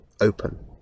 open